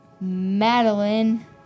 Madeline